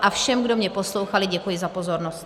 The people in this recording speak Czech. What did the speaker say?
A všem, kdo mě poslouchali, děkuji za pozornost.